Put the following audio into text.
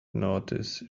notice